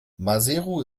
maseru